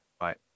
Right